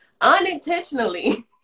unintentionally